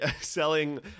selling